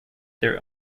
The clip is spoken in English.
their